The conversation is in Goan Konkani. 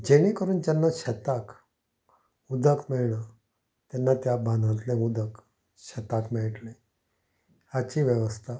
जेणे करून जेन्ना शेताक उदक मेळना तेन्ना त्या बांदांतलें उदक शेताक मेळटलें हाची वेवस्था